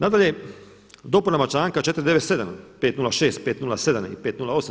Nadalje, dopunama članka 497., 506., 507. i 508.